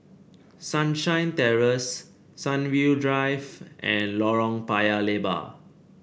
Sunshine Terrace Sunview Drive and Lorong Paya Lebar